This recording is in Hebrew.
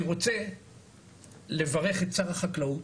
אני רוצה לברך את שר החקלאות,